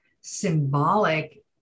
symbolic